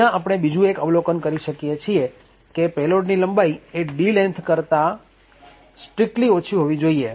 અહીંયા આપણે બીજું એક અવલોકન કરી શકીએ છીએ કે પેલોડની લંબાઈ એ d length કરતા કડક રીતે ઓછી હોવી જોઈએ